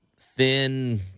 thin